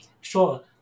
Sure